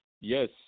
yes